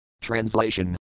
Translation